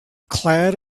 clad